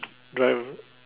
drive